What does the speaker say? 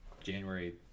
January